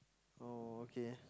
oh okay